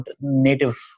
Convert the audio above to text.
native